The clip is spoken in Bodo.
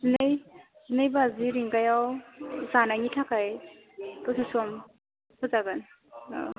नै नै बाजि रिंगायाव जानायनि थाखाय दसे सम होजागोन अ